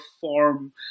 form